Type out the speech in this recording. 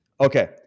Okay